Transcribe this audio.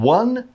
one